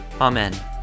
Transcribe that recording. Amen